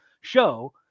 show